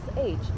age